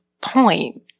point